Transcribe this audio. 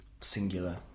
singular